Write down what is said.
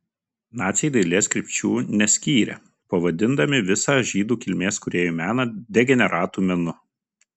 naciai dailės krypčių neskyrė pavadindami visą žydų kilmės kūrėjų meną degeneratų menu